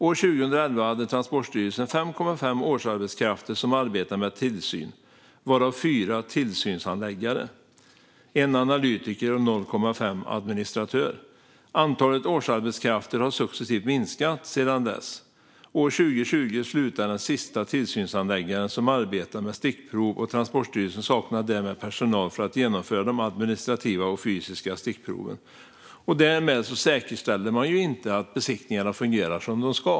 År 2011 hade Transportstyrelsen 5,5 årsarbetskrafter som arbetade med tillsyn, varav 4 tillsynshandläggare, 1 analytiker och 0,5 administratör. Antalet årsarbetskrafter har successivt minskat sedan dess. År 2020 slutade den sista tillsynshandläggaren som arbetade med stickprov och Transportstyrelsen saknar därmed personal för att genomföra de administrativa och fysiska stickproven." Därmed säkerställs inte att besiktningarna fungerar som de ska.